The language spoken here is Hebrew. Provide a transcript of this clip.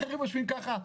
אחרים יושבים ככה.